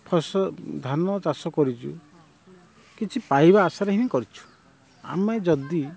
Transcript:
ଧାନ ଚାଷ କରିଛୁ କିଛି ପାଇବା ଆଶାରେ ହିଁ କରିଛୁ ଆମେ ଯଦି